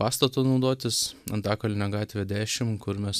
pastatu naudotis antakalnio gatvė dešim kur mes